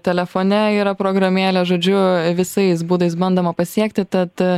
telefone yra programėlė žodžiu visais būdais bandoma pasiekti tad